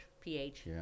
PH